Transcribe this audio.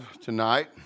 tonight